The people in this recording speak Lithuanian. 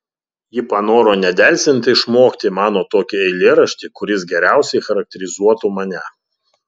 ji panoro nedelsiant išmokti mano tokį eilėraštį kuris geriausiai charakterizuotų mane